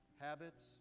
habits